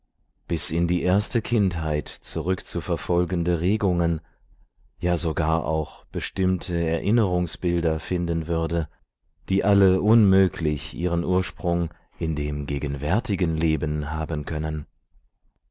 bis in die erste kindheit zurückzuverfolgende regungen ja sogar auch bestimmte erinnerungsbilder finden würde die alle unmöglich ihren ursprung in dem gegenwärtigen leben haben können